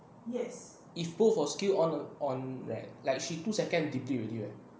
if both her skill on on like like she put second deplete already right